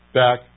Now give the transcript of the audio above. back